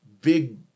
big